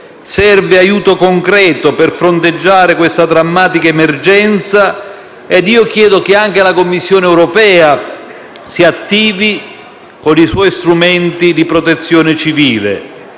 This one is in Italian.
Serve aiuto concreto per fronteggiare questa drammatica emergenza e io chiedo che anche la Commissione europea si attivi con i suoi strumenti di protezione civile.